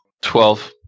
Twelve